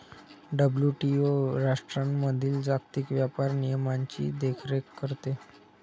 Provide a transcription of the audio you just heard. WTO राष्ट्रांमधील जागतिक व्यापार नियमांची देखरेख करते